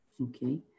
Okay